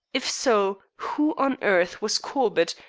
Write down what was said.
if so, who on earth was corbett,